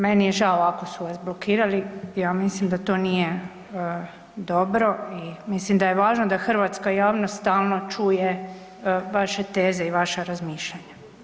Meni je žao ako su vas blokirali, ja mislim da to nije dobro i mislim da je važno da hrvatska javnost stalno čuje vaše teze i vaša razmišljanja.